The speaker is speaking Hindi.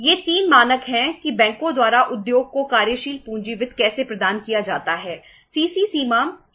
ये 3 मानक हैं कि बैंकों द्वारा उद्योग को कार्यशील पूंजी वित्त कैसे प्रदान किया जाता है